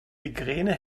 migräne